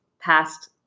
past